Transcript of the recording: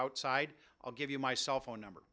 outside i'll give you my cell phone number